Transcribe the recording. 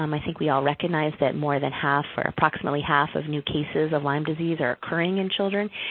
um i think we all recognize that more than half, or approximately half of new cases of lyme disease are occurring in children.